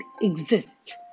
exists